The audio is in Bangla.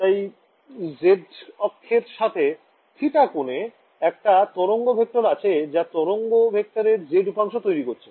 তাই z অক্ষের সাথে θ কোণে একটা তরঙ্গ ভেক্টর আছে যা তরঙ্গ ভেক্টরের z উপাংশ তৈরি করেছে